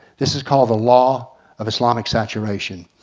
this is called the law of islamic saturation.